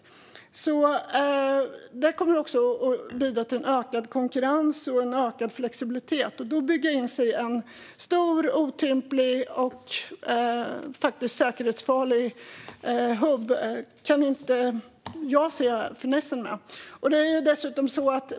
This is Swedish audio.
Det kommer också att bidra till en ökad konkurrens och en ökad flexibilitet. Att då bygga in sig i en stor, otymplig och faktiskt säkerhetsfarlig hubb kan jag inte se finessen med.